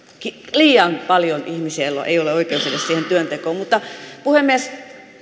liian paljon ihmisiä joilla ei ole oikeutta edes siihen työntekoon mutta puhemies